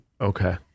Okay